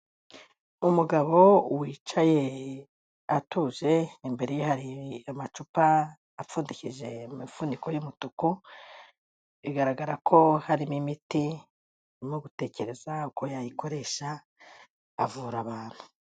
Umugabo wicaye atuje imbere ye hari amacupa apfundikije imifuniko y'umutuku, bigaragara ko harimo imiti arimo gutekereza uko yayikoresha avura abantu.